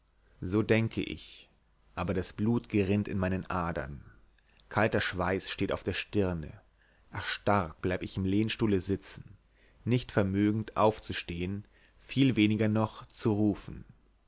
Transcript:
so denke ich aber das blut gerinnt in meinen adern kalter schweiß steht auf der stirne erstarrt bleib ich im lehnstuhle sitzen nicht vermögend aufzustehen viel weniger noch zu rufen